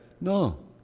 No